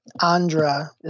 andra